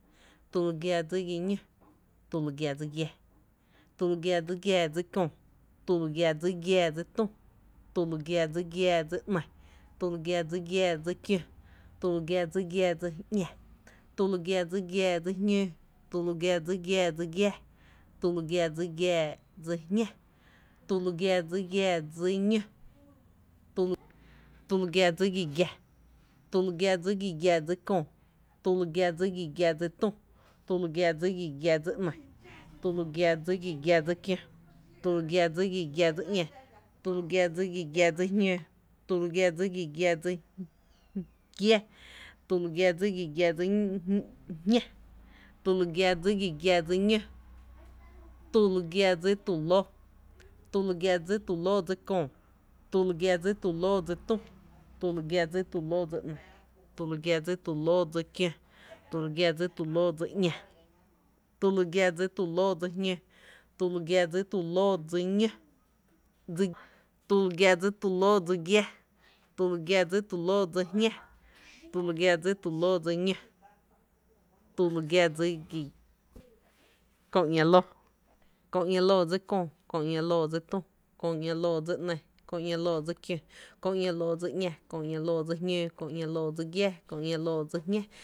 tü lu gia dsi gia ñó, tü lu gia dsi giⱥⱥ, tü lu gia dsi giⱥⱥ dsi köö, tü lu gia dsi giⱥⱥ dsi tü, tü lu gia dsi giⱥⱥ dsi ‘ni, tü lu gia dsi giⱥⱥ dsi kió, tü lu gia dsi giⱥⱥ dsi ‘ñá, tü lu gia dsi giⱥⱥ dsi jñǿǿ, tü lu gia dsi giⱥⱥ dsi giáá, tü lu gia dsi giⱥⱥ dsi jñá, tü lu gia dsi giⱥⱥ dsi ñó, tü lu gia dsi giⱥ giⱥ, tü lu gia dsi giⱥ giⱥ dsi köö, tü lu gia dsi giⱥ giⱥ dsi tü, tü lu gia dsi giⱥ giⱥ dsi köö ‘ni, tü lu gia dsi giⱥ giⱥ dsi kió, tü lu gia dsi giⱥ giⱥ dsi ´ñá, tü lu gia dsi giⱥ giⱥ dsi jñǿǿ, tü lu gia dsi giⱥ giⱥ dsi giⱥⱥ, tü lu gia dsi giⱥ giⱥ dsi jñá, tü lu gia dsi giⱥ giⱥ dsi ñó, tü lu gia dsi tu lóÓ. tü lu gia dsi tu lóó dsi köö, tü lu gia dsi tu lóó dsi tü, tü lu gia dsi tu lóó dsi ‘ni, tü lu gia dsi tu lóó dsi kió, tü lu gia dsi tu lóó dsi ‘ñá, tü lu gia dsi tu lóó dsi jñǿǿ, tü lu gia dsi tu lóó dsi giⱥⱥ, tü lu gia dsi tu lóó dsi jñá, tü lu gia dsi tu lóó dsi ñó, kö ‘ña lóó. Kö ´ña loo dsi köö, Kö ´ña loo dsi tü, Kö ´ña loo dsi ‘ni, Kö ´ña loo dsi kió, Kö ´ña loo dsi ´ña, Kö ´ña loo dsi jñǿǿ, Kö ´ña loo dsi giⱥⱥ, Kö ´ña loo dsi jñá